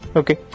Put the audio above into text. okay